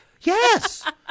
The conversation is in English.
Yes